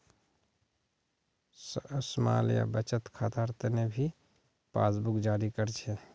small या बचत खातार तने भी पासबुकक जारी कर छे